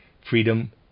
freedom